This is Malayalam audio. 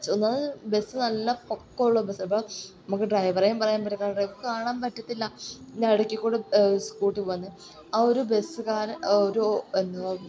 ഒന്നാമത് ബസ്സ് നല്ല പൊക്കമുള്ള ബസ്സാണ് അപ്പോൾ നമുക്ക് ഡ്രൈവറെയും പറയാൻ പറ്റില്ല ഡ്രൈവർക്ക് കാണാൻ പറ്റത്തില്ല നടുക്കിൽക്കൂടി സ്കൂട്ടി പോകുന്നത് ആ ഒരു ബസ്സുകാരൻ ഒരൂ എന്താ